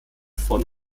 von